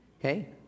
Okay